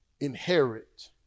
inherit